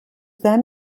then